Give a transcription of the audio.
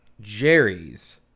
Jerry's